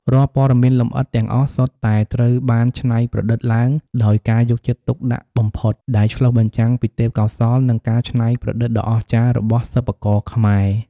រាល់ព័ត៌មានលម្អិតទាំងអស់សុទ្ធតែត្រូវបានច្នៃប្រឌិតឡើងដោយការយកចិត្តទុកដាក់បំផុត ដែលឆ្លុះបញ្ចាំងពីទេពកោសល្យ និងការច្នៃប្រឌិតដ៏អស្ចារ្យរបស់សិប្បករខ្មែរ។